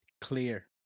Clear